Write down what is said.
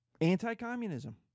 anti-communism